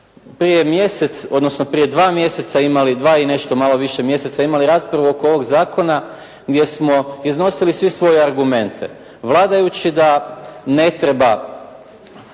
prije mjesec, odnosno prije dva mjeseca imali, dva i nešto malo više mjeseca imali raspravu oko ovog zakona gdje smo iznosili svi svoje argumente. Vladajući da trgovine